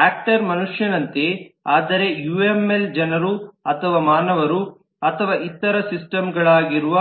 actor ಮನುಷ್ಯನಂತೆ ಆದರೆ UML ಜನರು ಅಥವಾ ಮಾನವರು ಅಥವಾ ಇತರ ಸಿಸ್ಟಮ್ಗಳಾಗಿರುವ